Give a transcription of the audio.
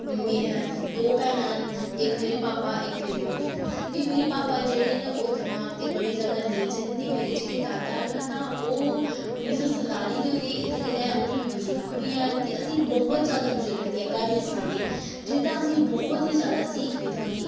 में दो भैनां न इक मेरे भापा ते इक मेरी मम्मी न ते मेरे भापा जेह्ड़े न ते ओह् दमाग दे बड़े जैदा तेज न ते मेरे जेह्के दादा न तां ओह् उन्नी सौ सन्ताली दे होए दे ते इस गल्ला ओह् थोह्ड़े बजुर्ग बी हैन ते अ'सें गी बहुत जैदा बजुर्गें दियां क्हानियां सनांदे जेह्दी अ'सें गी बहुत गै जैदा सिक्ख बी थ्होंदी